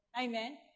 amen